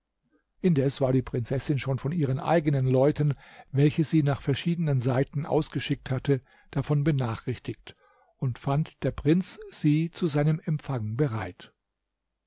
indes war die prinzessin schon von ihren eigenen leuten welche sie nach verschiedenen seiten ausgeschickt hatte davon benachrichtigt und fand der prinz sie zu seinem empfang bereit